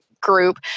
group